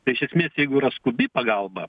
tai iš esmė jeigu yra skubi pagalba